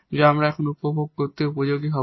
যা আমরা এখন উপভোগ করতে উপযোগী হব